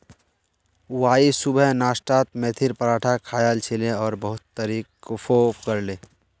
Y सुबह नाश्तात मेथीर पराठा खायाल छिले और बहुत तारीफो करले